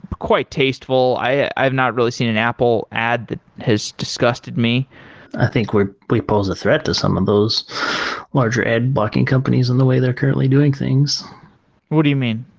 quite tasteful. i've not really seen an apple ad that has disgusted me i think we're we pose a threat to some of those larger ad blocking companies in the way they're currently doing things what do you mean?